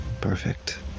perfect